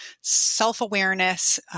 self-awareness